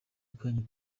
akanya